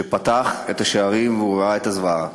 שפתח את השערים וראה את הזוועה.